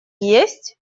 есть